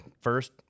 first